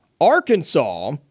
Arkansas